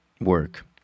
work